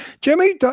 Jimmy